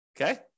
Okay